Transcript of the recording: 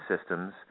systems